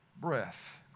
Breath